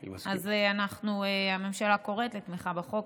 אז הממשלה קוראת לתמיכה בחוק.